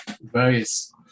various